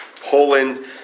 Poland